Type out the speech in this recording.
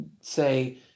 say